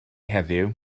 heddiw